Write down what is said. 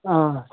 آ